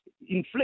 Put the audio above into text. inflation